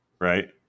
Right